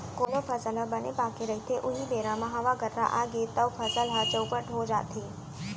कोनो फसल ह बने पाके रहिथे उहीं बेरा म हवा गर्रा आगे तव फसल ह चउपट हो जाथे